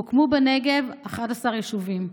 הוקמו בנגב 11 יישובים.